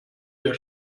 der